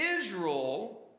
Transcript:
Israel